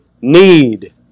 need